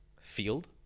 field